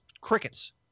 crickets